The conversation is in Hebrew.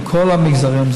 בכל המגזרים,